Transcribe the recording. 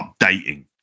updating